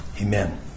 Amen